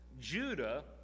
Judah